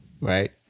right